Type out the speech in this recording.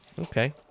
Okay